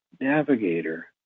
navigator